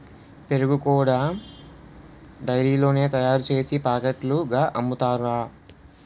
పెరుగు కూడా డైరీలోనే తయారుసేసి పాకెట్లుగా అమ్ముతారురా